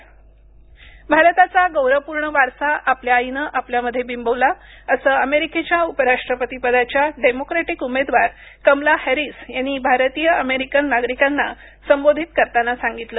Kamala Harris Joe Biden भारताचा गौरवपूर्ण वारसा आपल्या आईने आपल्यामध्ये बिंबवला असं अमेरिकेच्या उपराष्ट्रपती पदाच्या डेमोक्रेटिक उमेदवार कमला हॅरिस यांनी भारतीय अमेरिकन नागरिकांना संबोधित करताना सांगितलं